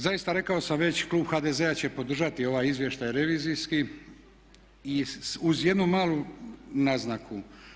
Zaista rekao sam već klub HDZ-a će podržati ovaj izvještaj revizijski i uz jednu malu naznaku.